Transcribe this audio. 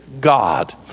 God